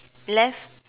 left